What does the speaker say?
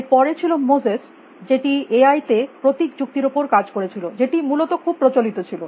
এর পরে ছিল মোসেস যেটি এ আই তে প্রতীক যুক্তির উপর কাজ করেছিল যেটি মূলত খুব প্রচলিত ছিল